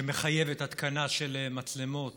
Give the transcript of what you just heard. שמחייבת התקנה של מצלמות